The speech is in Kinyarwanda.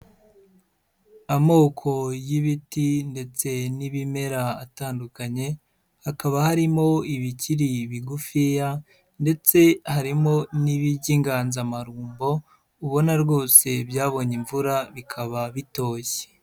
Amoko y'ibiti ndetse n'ibimera atandukanye, hakaba harimo ibikiri bigufiya, ndetse harimo n'iby'inganzamarumbo ubona rwose byabonye imvura bikaba bitoshye.